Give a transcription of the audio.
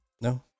no